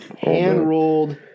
Hand-rolled